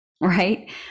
Right